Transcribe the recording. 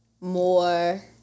more